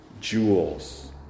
jewels